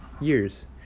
years